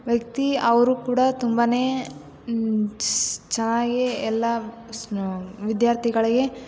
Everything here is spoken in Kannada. ವ್ಯಕ್ತಿ ಅವರು ಕೂಡ ತುಂಬನೇ ಚೆನ್ನಾಗೆ ಎಲ್ಲ ವಿದ್ಯಾರ್ಥಿಗಳಿಗೆ